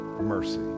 mercy